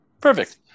Perfect